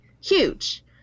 huge